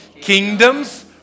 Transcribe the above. kingdoms